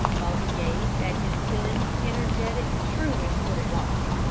while he gazed at his thin, energetic, shrewish little wife.